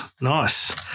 nice